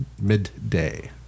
midday